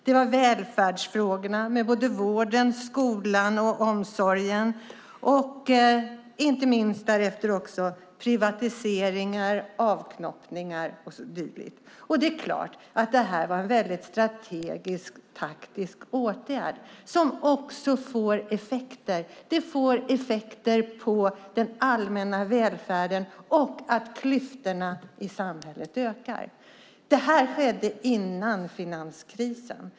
Det var välfärdsfrågorna med både vården, skolan och omsorgen, och inte minst därefter privatiseringar, avknoppningar och dylikt. Det är klart att det var en strategisk, taktisk åtgärd som får effekter. Det får effekter på den allmänna välfärden, och klyftorna i samhället ökar. Det här skedde innan finanskrisen.